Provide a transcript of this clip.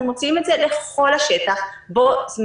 אנחנו מוציאים את זה לכל השטח בו-זמנית.